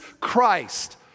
Christ